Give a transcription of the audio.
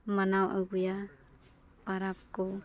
ᱢᱟᱱᱟᱣ ᱟᱹᱜᱩᱭᱟ ᱯᱟᱨᱟᱵᱽ ᱠᱚ